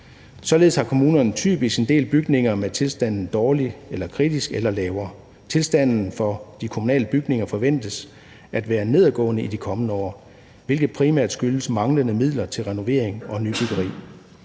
Således har kommunerne typisk en del bygninger med tilstanden dårlig eller kritisk eller endnu lavere. Tilstanden for de kommunale bygninger forventes at være nedadgående i de kommende år, hvilket primært skyldes manglende midler til renovering og nybyggeri.